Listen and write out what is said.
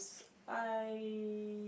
I